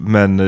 Men